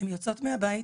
הן יוצאות מהבית,